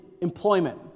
employment